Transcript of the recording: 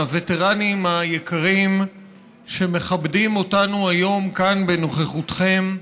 הווטרנים היקרים שמכבדים אותנו היום כאן בנוכחותכם.